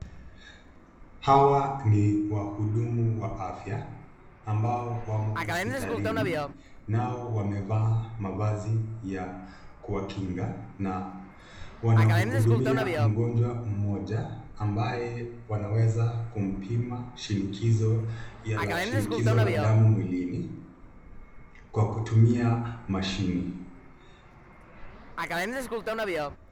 Hawa ni wahudumu wa afya ambao wamo hospitalini nao wamevaa mavazi ya kuwakinga na wanamhudumia mgonjwa mmoja ambaye wanaweza kumpima shinikizo la damu mwilini kwa kutumia mashini.